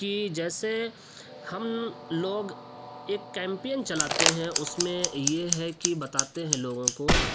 کہ جیسے ہم لوگ ایک کمپین چلاتے ہیں اس میں یہ ہے کہ بتاتے ہیں لوگوں کو